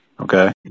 okay